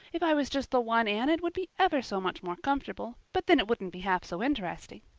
if i was just the one anne it would be ever so much more comfortable, but then it wouldn't be half so interesting.